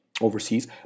overseas